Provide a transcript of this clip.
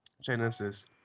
Genesis